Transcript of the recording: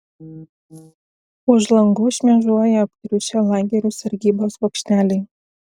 už langų šmėžuoja aptriušę lagerių sargybos bokšteliai